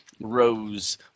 Rose